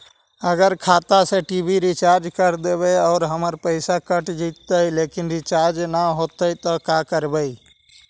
अगर खाता से टी.वी रिचार्ज कर देबै और हमर पैसा कट जितै लेकिन रिचार्ज न होतै तब का करबइ?